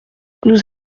nous